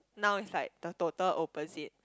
now it's like the total opposite